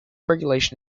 regulation